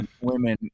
women